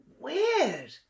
weird